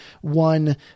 one